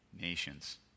nations